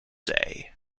say